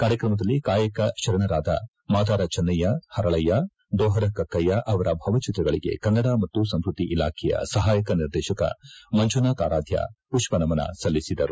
ಕಾರ್ಯಕ್ರಮದಲ್ಲಿ ಕಾಯಕ ಶರಣರಾದ ಮಾದಾರ ಚೆನ್ನಯ್ಕ ಪರಳಯ್ಕ ಡೋಪರ ಕಕ್ಕಯ್ಕ ಅವರ ಭಾವಚಿತ್ರಗಳಿಗೆ ಕನ್ನಡ ಮತ್ತು ಸಂಸ್ಕಕಿ ಇಲಾಖೆಯ ಸಹಾಯಕ ನಿರ್ದೇಶಕ ಮಂಜುನಾಥ್ ಆರಾಧ್ಯ ಮಷ್ಪನಮನ ಸಲ್ಲಿಸಿದರು